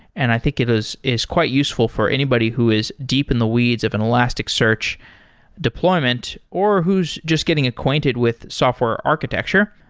and i think it is is quite useful for anybody who is deep in the weeds of an elasticsearch deployment, or who's just getting acquainted with software architecture.